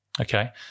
Okay